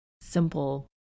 simple